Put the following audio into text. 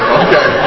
okay